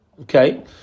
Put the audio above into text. Okay